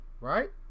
right